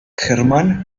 hermann